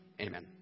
Amen